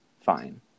fine